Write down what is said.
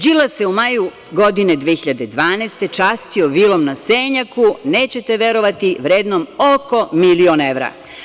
Đilas se u maju 2012. godine častio vilom na Senjaku, nećete verovati vrednom oko milion evra.